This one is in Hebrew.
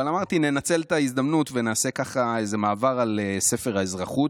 אבל אמרתי שננצל את ההזדמנות ונעשה איזה מעבר על ספר האזרחות.